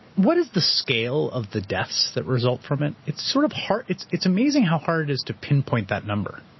what is the scale of the deaths that result from it? it's sort of hard. it's it's amazing how hard it is to pinpoint that number.